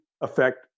affect